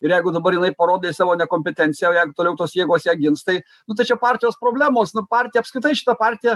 ir jeigu dabar jinai parodė savo nekompetenciją o jeigu toliau tos jėgos ją gins tai nu tai čia partijos problemos nu partija apskritai šita partija